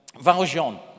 Valjean